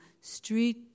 street